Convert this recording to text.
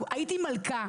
אני הייתי מלכה,